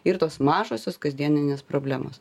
ir tos mažosios kasdieninės problemos